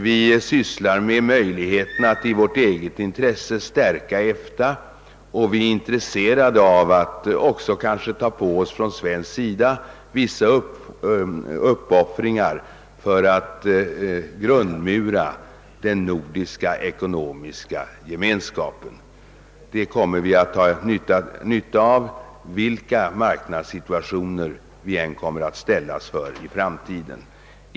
Vi sysslar vidare med möjligheter att i vårt eget intresse stärka EFTA, och vi är också villiga att göra vissa uppoffringar för att grundmura den nordiska ekonomiska gemenskapen. Detta kommer vi att få nytta av vilka marknadssituationer vi än kommer att ställas inför i framtiden.